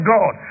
God